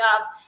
up